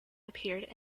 appeared